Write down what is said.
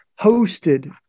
hosted –